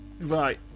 right